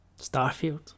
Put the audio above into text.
Starfield